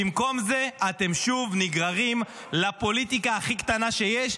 במקום זה אתם שוב נגררים לפוליטיקה הכי קטנה שיש.